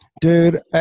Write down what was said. dude